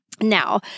Now